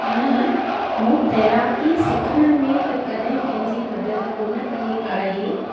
न मूं तैराकी सिखण में त कॾहिं कंहिंजी मदद कोन कई आहे